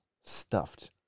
stuffed